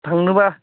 थांनोबा